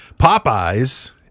Popeye's